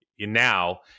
now